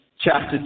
chapter